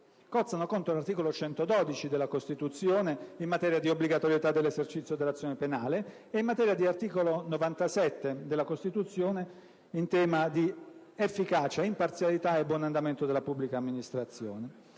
cozza contro l'articolo 112 della Costituzione, in materia di obbligatorietà dell'esercizio dell'azione penale, e contro l'articolo 97 della Costituzione, in tema di efficacia, imparzialità e buon andamento della pubblica amministrazione.